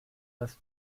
das